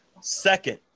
Second